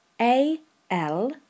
A-L